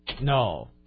No